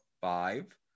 five